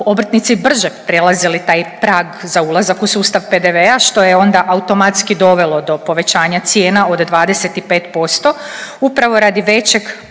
obrtnici brže prelazili taj prag za ulazak u sustav PDV-a što je onda automatski dovelo do povećanja cijena od 25% upravo radi većeg